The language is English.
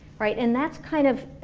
right? and that's kind of,